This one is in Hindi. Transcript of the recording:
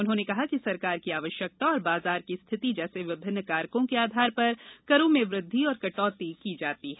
उन्होंने कहा कि सरकार की आवश्यकता और बाजार की स्थिति जैसे विभिन्न कारकों के आधार पर करों में वृद्धि और कटौती की जाती है